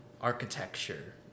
architecture